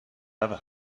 never